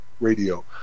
radio